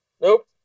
nope